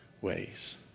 ways